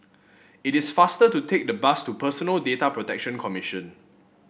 it is faster to take the bus to Personal Data Protection Commission